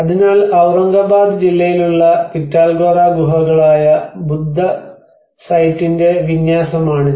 അതിനാൽ ഔറംഗബാദ് ജില്ലയിലുള്ള പിറ്റാൽഖോറ ഗുഹകളായ ബുദ്ധ സൈറ്റിന്റെ വിന്യാസമാണിത്